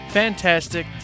fantastic